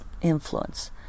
influence